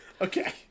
Okay